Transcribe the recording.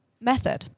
method